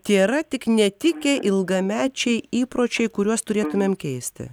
tėra tik netikę ilgamečiai įpročiai kuriuos turėtumėm keisti